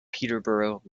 peterborough